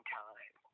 time